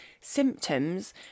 symptoms